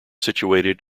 situated